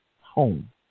home